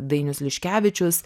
dainius liškevičius